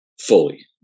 fully